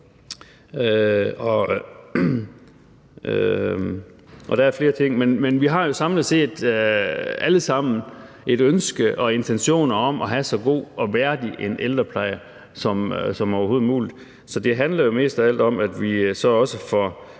vi har jo samlet set alle sammen et ønske og intentioner om at have så god og værdig en ældrepleje som overhovedet muligt. Så det handler jo mest af alt om, at vi så også får